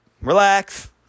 relax